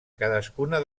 cadascuna